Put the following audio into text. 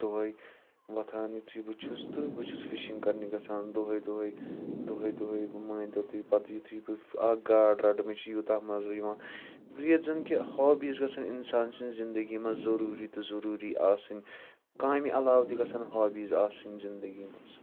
دۄہَے وَتھان یِتُھے بہٕ چھُس تہٕ بہٕ چھُس فِشِنٛگ کَرنہِ گژھان دۄہَے دۄہَے دۄہَے دۄہَے مٲنۍ تو تُہۍ پَتہٕ یُتُھے بہٕ اَکھ گاڈ رَٹہٕ مےٚ چھِ تَتھ منٛز یِوان یِیٚلہِ زَن کہِ ہابِیٖز گَژھن اِنسان سٕنٛز زِنٛدگِی منٛز ضروری تہٕ ضرورِی آسٕنۍ کامہِ علاوٕ تہِ گَژھن ہابِیٖز آسٕنۍ زِنٛدگِی منٛز